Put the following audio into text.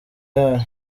yayo